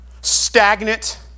stagnant